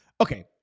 Okay